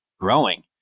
growing